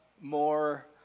more